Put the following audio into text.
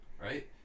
right